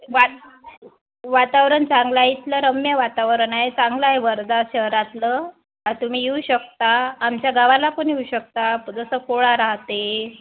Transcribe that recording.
वा वातावरण चांगला आहे इथलं रम्य वातावरण आहे चांगलं आहे वर्धा शहरातलं तुम्ही येऊ शकता आमच्या गावाला पण येऊ शकता जसं पोळा राहते